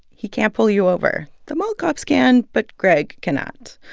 he can't pull you over. the mall cops can, but greg cannot.